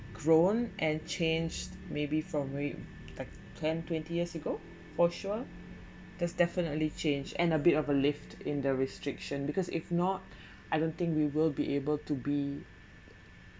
grown and changed maybe from real ten twenty years ago for sure does definitely change and a bit of a lift in the restriction because if not I don't think we will be able to be